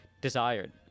desired